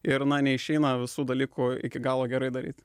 ir na neišeina visų dalykų iki galo gerai daryti